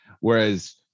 whereas